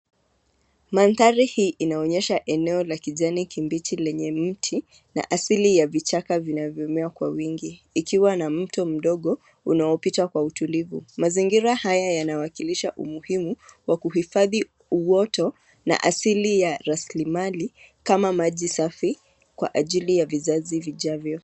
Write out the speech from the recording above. Mandhari hii inaonyesha eneo la kijani kibichi lenye mti, na asili ya vichaka vinavyomea kwa wingi, ikiwa na mto mdogo, unaopita kwa utulivu, mazingira haya yanawakilisha umuhimu, wa kuhifadhi, uoto, na asili ya rasilimali, kama maji safi, kwa ajili ya vizazi vijavyo.